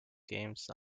games